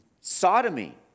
sodomy